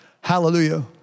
Hallelujah